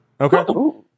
Okay